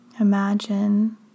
Imagine